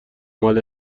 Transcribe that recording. مال